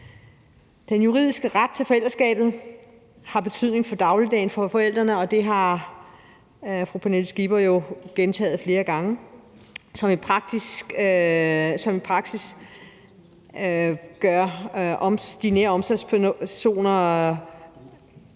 Den juridiske ret til forældreskabet har en betydning for dagligdagen for forældrene – det har fru Pernille Skipper jo også gentaget flere gange – der i praksis gør, at de nære omsorgspersoner får